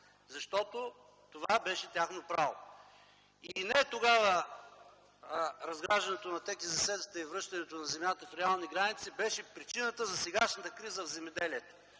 защото това беше тяхно право. Не тогава – разграждането на ТКЗС-тата и връщането на земята в реални граници, беше причината за сегашната криза в земеделието.